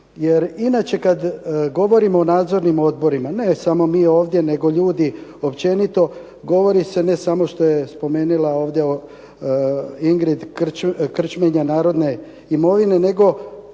Jer inače kad govorimo o nadzornim odborima, ne samo mi ovdje nego ljudi općenito govori se ne samo što je spomenula ovdje Ingrid "krčmenja" narodne imovine, nego